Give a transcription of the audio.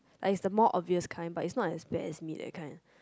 like is the most obvious kind but is not bad as me that kind